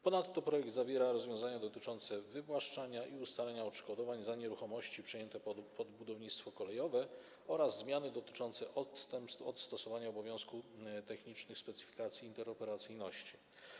Ponadto projekt zawiera rozwiązania dotyczące wywłaszczania i ustalania odszkodowań za nieruchomości przejęte pod budownictwo kolejowe oraz zmiany dotyczące odstępstw od stosowania obowiązku technicznych specyfikacji interoperacyjności.